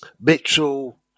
Mitchell